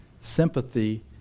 sympathy